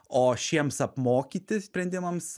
o šiems apmokyti sprendimams